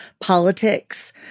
politics